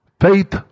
Faith